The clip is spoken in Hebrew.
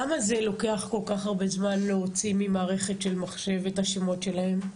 למה זה לוקח כל כך הרבה זמן להוציא ממערכת של מחשב את השמות שלהם?